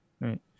Right